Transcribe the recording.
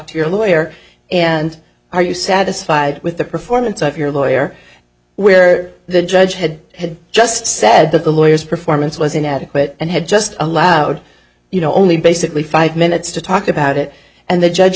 to your lawyer and are you satisfied with the performance of your lawyer where the judge had had just said that the lawyers performance was inadequate and had just allowed you know only basically five minutes to talk about it and the judge